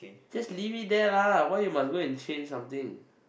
just leave it there lah why you must go and change something